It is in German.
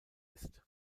ist